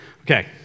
Okay